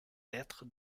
lettres